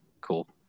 cool